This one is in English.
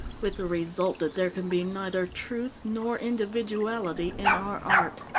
with the result that there can be neither truth nor individuality in our art.